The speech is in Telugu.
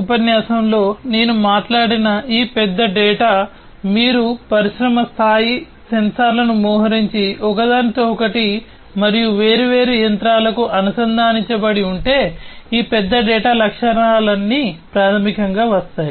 ఉపన్యాసంలో నేను మాట్లాడిన ఈ పెద్ద డేటా మీరు పరిశ్రమ స్థాయి సెన్సార్లను మోహరించి ఒకదానితో ఒకటి మరియు వేర్వేరు యంత్రాలకు అనుసంధానించబడి ఉంటే ఈ పెద్ద డేటా లక్షణాలన్నీ ప్రాథమికంగా వస్తాయి